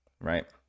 Right